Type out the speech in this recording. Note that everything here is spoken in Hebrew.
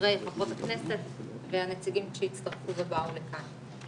חברי וחברות הכנסת והנציגים שהצטרפו ובאו לכאן.